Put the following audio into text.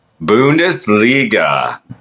Bundesliga